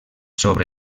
sobre